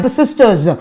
sisters